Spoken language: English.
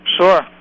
Sure